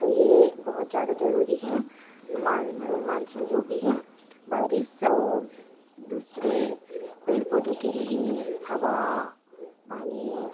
तो यह बहुत ज़्यादा ज़रूरी है मान मानसून जो भी है बारिश और दूसरे पेड़ पौधों के लिए हवा पानी